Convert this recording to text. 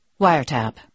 wiretap